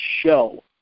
show